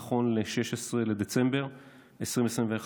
נכון ל-16 בדצמבר 2021,